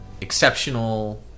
Exceptional